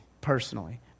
personally